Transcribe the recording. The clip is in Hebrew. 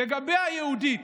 לגבי היהודית,